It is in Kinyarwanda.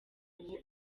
ubu